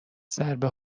ضربه